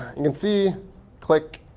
you can see click,